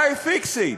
why fix it,